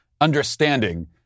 understanding